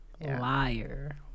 liar